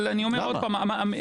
אבל אני אומר עוד פעם --- אגב,